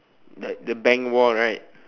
like the bank wall right